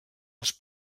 als